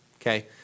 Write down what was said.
okay